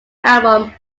album